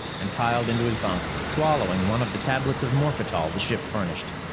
and piled into his bunk, swallowing one of the tablets of morphetal the ship furnished.